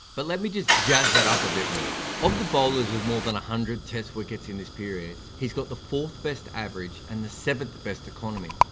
but let me just jazz that up a bit more. of the bowlers with more than one hundred test wickets in this period, he's got the fourth best average and the seventh best economy.